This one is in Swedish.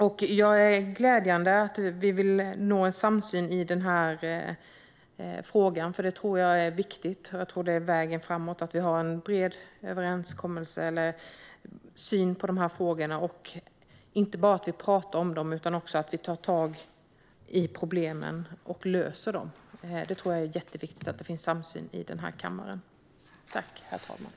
Det är glädjande att vi vill nå en samsyn i denna fråga. Det tror jag är viktigt. Jag tror att det är vägen framåt att vi har en bred samsyn i dessa frågor och att vi inte bara talar om dem utan också tar tag i problemen och löser dem. Jag tror att det är jätteviktigt att det finns en samsyn om detta i denna kammare.